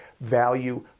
value